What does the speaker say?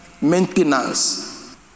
maintenance